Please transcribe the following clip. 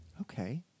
okay